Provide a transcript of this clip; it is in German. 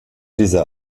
dieser